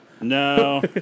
No